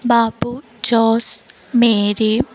Bapu Jose Mary